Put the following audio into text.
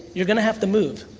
you're gonna have to move.